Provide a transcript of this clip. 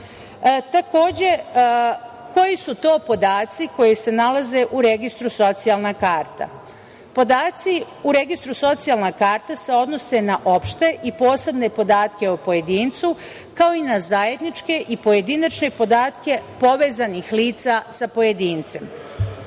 Srbije. Takođe, koji su podaci koji se nalaze u registru socijalna karta? Podaci u registru socijalna karta se odnose na opšte i posebne podatke o pojedincu, kao i na zajedničke i pojedinačne podatke povezanih lica sa pojedincem.